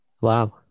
Wow